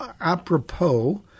apropos